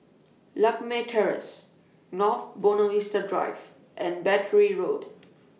Lakme Terrace North Buona Vista Drive and Battery Road